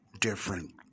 different